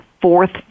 fourth